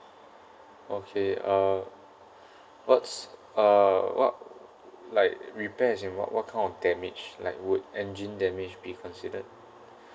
okay uh what's uh what like repair as in what what kind of damage like would engine damage be considered